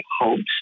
hopes